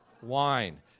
Wine